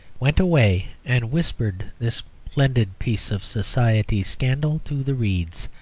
went away and whispered this splendid piece of society scandal to the reeds,